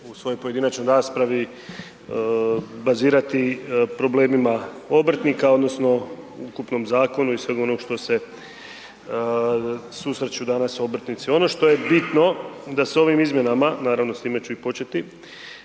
u svojoj pojedinačnoj raspravi bazira problemima obrtnika odnosno u ukupnom zakonu i sveg onog što se susreću danas obrtnici. Ono što je bitno da se ovim izmjenama, naravno, s time ću i početi